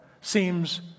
seems